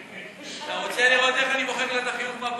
אתה רוצה לראות איך אני מוחק לה את החיוך מהפרצוף?